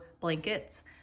blankets